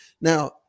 Now